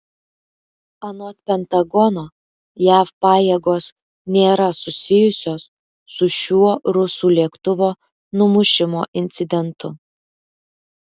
anot pentagono jav pajėgos nėra susijusios su šiuo rusų lėktuvo numušimo incidentu